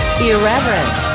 irreverent